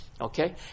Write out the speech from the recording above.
Okay